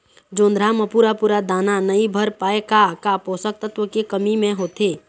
जोंधरा म पूरा पूरा दाना नई भर पाए का का पोषक तत्व के कमी मे होथे?